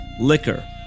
liquor